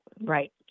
Right